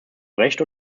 brecht